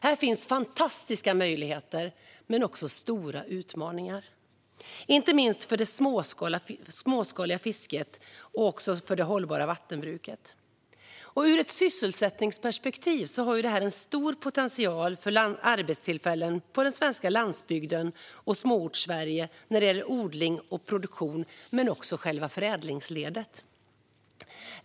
Här finns fantastiska möjligheter men också stora utmaningar, inte minst för det småskaliga fisket och det hållbara vattenbruket. Ur ett sysselsättningsperspektiv har detta en stor potential för arbetstillfällen på den svenska landsbygden och Småortssverige när det gäller odling och produktion men också i själva förädlingsledet.